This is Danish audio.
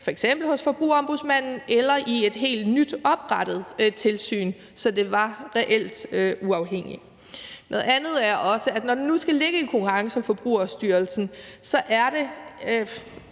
f.eks. Forbrugerombudsmanden eller hos et helt nyoprettet tilsyn, så det reelt var uafhængigt. Noget andet er også, at når det nu skal ligge i Konkurrence- og Forbrugerstyrelsen, er det